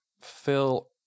Phil